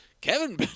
Kevin